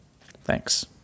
Thanks